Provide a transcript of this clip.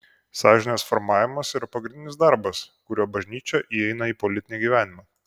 sąžinės formavimas yra pagrindinis darbas kuriuo bažnyčia įeina į politinį gyvenimą